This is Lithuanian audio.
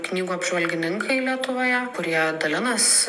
knygų apžvalgininkai lietuvoje kurie dalinas